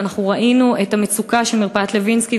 ואנחנו ראינו את המצוקה של מרפאת לוינסקי,